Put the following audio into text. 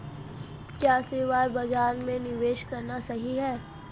क्या शेयर बाज़ार में निवेश करना सही है?